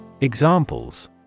Examples